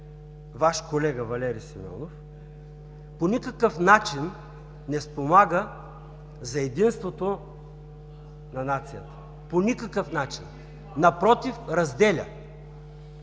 Ваш колега Валери Симеонов, по никакъв начин не спомага за единството на нацията. По никакъв начин! (Реплики от